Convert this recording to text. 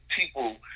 people